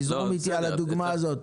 תזרום איתי על הדוגמה הזאת.